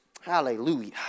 Hallelujah